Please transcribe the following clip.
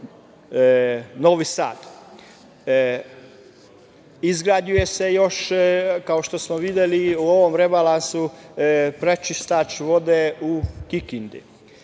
Novi Sad, gradi se još, kao što smo videli u ovom rebalansu, prečistač vode u Kikindi. Zbog